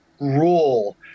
rule